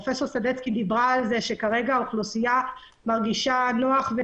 פרופסור סדצקי דיברה על זה שכרגע האוכלוסייה אינה בהיסטריה.